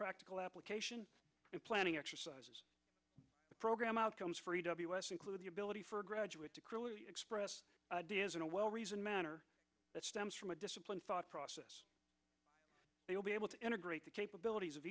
practical application planning exercise program outcomes for e w s include the ability for graduates to express the isn't a well reasoned manner that stems from a discipline thought process they will be able to integrate the capabilities of